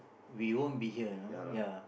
we won't be here you know ya